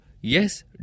Yes